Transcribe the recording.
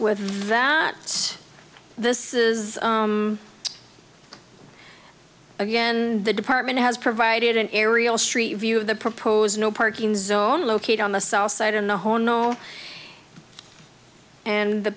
with that this is again the department has provided an aerial street view of the proposed no parking zone located on the south side in the whole no and the